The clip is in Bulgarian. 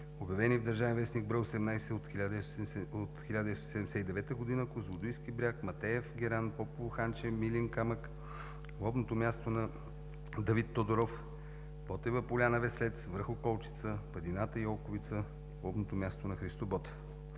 обявени в „Държавен вестник“, брой 18 от 1979 г. – Козлодуйски бряг, Матеев геран, Попово ханче, Милин камък, лобното място на Давид Тодоров, Ботева поляна „Веслец“, връх Околчица, падината Йолковица, лобното място на Христо Ботев.